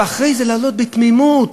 ואחרי זה לעלות בתמימות,